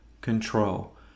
control